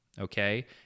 Okay